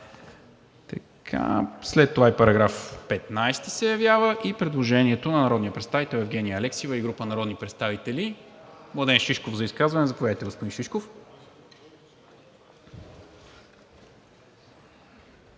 който става § 13, § 15 и предложението на народните представители Евгения Алексиева и група народни представители. Младен Шишков за изказване. Заповядайте, господин Шишков.